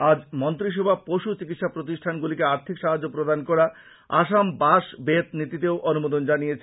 আজ মন্ত্রীসভা পশু চিকিৎসা প্রতিষ্ঠানগুলিকে আর্থিক সাহায্য প্রদান করা আসাম বাঁশ বেত নীতিতেও অনুমোদন জানিয়েছে